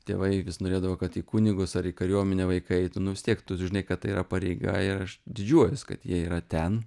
tėvai vis norėdavo kad į kunigus ar į kariuomenę vaikai eitų nu vis tiek tu žinai kad tai yra pareiga ir aš didžiuojuos kad jie yra ten